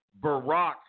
Barack